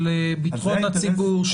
של בטחון הציבור,